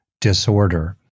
disorder